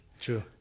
True